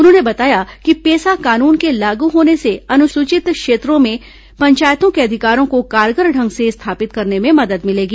उन्होंने बताया कि पेसा कानून के लागू होने से अनुसूचित क्षेत्रों में पंचायतों के अधिकारों को कारगर ढंग से स्थापित करने में मदद मिलेगी